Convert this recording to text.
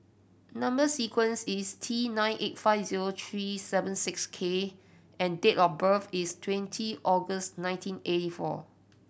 number sequence is T nine eight five zero three seven six K and date of birth is twenty August nineteen eighty four